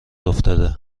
افتاده